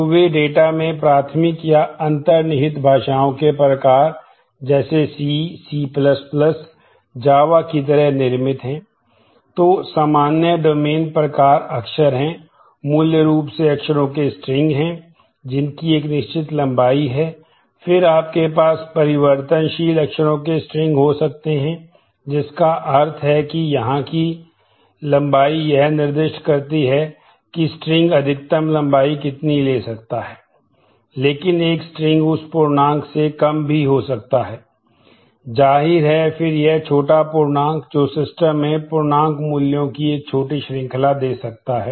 तो पहले संभव मूल्यों का डोमेन में पूर्णांक मूल्यों की एक छोटी श्रृंखला दे सकता है